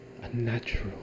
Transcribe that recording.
unnatural